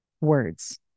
words